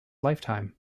lifetime